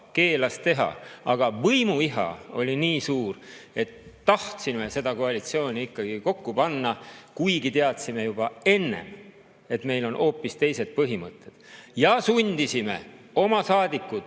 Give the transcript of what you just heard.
Aga võimuiha oli nii suur, et tahtsime seda koalitsiooni kokku panna, kuigi teadsime juba enne, et meil on hoopis teised põhimõtted, ja sundisime oma saadikud